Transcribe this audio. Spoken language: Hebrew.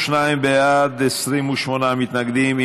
22 בעד, 28 מתנגדים.